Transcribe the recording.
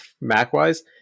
Mac-wise